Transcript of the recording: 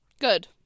Good